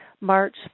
March